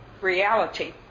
reality